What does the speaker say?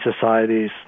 societies